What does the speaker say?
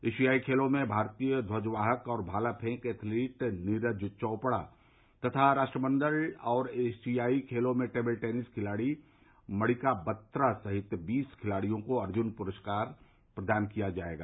एशियाई खेलों में भारतीय ध्वजवाहक और भाला फेंक एथलीट नीरज चोपड़ा तथा राष्ट्रमंडल और एशियाई खेलों में टेबल टेनिस खिलाड़ी मणिका बत्रा सहित बीस खिलाड़ियों को अर्जुन प्रस्कार प्रदान किया जाएगा